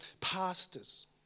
pastors